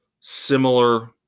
Similar